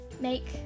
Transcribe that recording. make